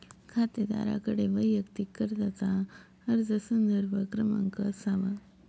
खातेदाराकडे वैयक्तिक कर्जाचा अर्ज संदर्भ क्रमांक असावा